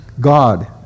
God